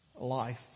life